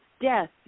death